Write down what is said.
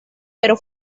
pero